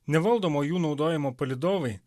nevaldomo jų naudojimo palydovai